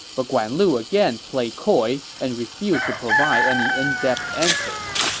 but guan lu again played coy and refused to provide any in-depth answers.